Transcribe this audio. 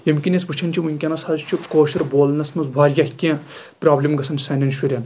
ییٚمہِ کِنۍ أسۍ وُچھان چھِ وُنکیٚنس حظ چھُ کٲشُر بولنَس منٛز واریاہ کیٚنٛہہ برابلِم گژھان سانین شُرین